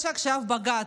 יש עכשיו בג"ץ,